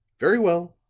very well,